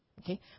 okay